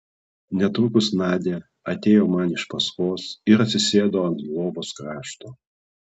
netrukus nadia atėjo man iš paskos ir atsisėdo ant lovos krašto